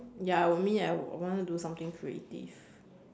ya I would me I would want to do something creative